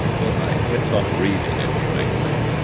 well, i went on reading, as you may say,